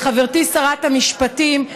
לחברתי שרת המשפטים,